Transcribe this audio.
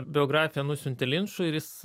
biografiją nusiuntė linčui ir jis